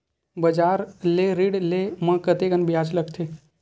बजार ले ऋण ले म कतेकन ब्याज लगथे?